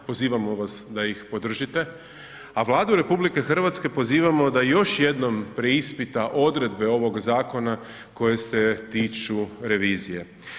Pozivamo vas da ih podržite, a Vladu RH pozivamo da još jednom preispita odredbe ovog zakona koje se tiču revizije.